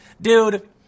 Dude